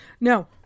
No